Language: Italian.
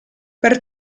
per